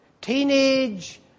Teenage